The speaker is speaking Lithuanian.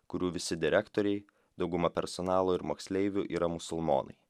kurių visi direktoriai dauguma personalo ir moksleivių yra musulmonai